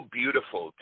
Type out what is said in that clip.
beautiful